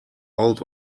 old